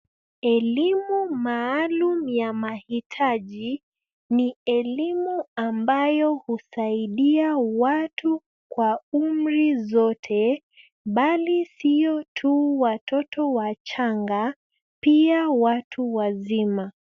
Elimu maalum ya mahitaji ni elimu ambayo husaidia watu kwa umri zote bali sio tu watoto wachanga pia watu wazima.